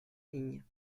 ligne